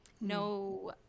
no